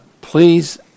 Please